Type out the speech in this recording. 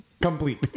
Complete